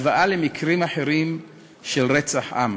בהשוואה למקרים אחרים של רצח עם,